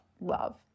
Love